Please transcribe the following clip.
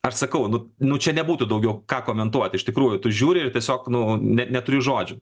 aš sakau nu nu čia nebūtų daugiau ką komentuot iš tikrųjų tu žiūri ir tiesiog nu net neturi žodžių